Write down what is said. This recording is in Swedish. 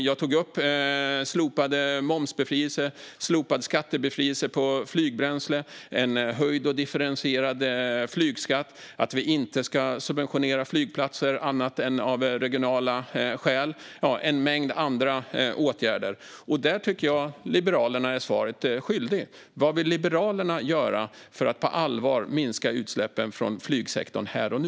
Jag tog upp slopad momsbefrielse, slopad skattebefrielse på flygbränsle, en höjd och differentierad flygskatt, att vi inte ska subventionera flygplatser annat än av regionala skäl och en mängd andra åtgärder. Jag tycker att ni i Liberalerna är svaret skyldig när det gäller det här. Vad vill Liberalerna göra för att på allvar minska utsläppen från flygsektorn här och nu?